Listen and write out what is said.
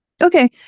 Okay